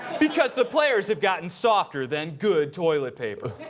because the players have gotten softer than good toilet paper.